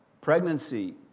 pregnancy